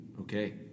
Okay